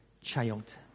child